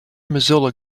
mozilla